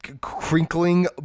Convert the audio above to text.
crinkling